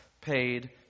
paid